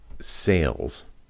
sales